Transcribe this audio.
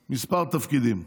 כמה תפקידים.